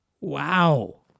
Wow